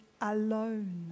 alone